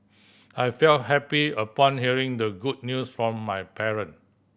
I felt happy upon hearing the good news from my parent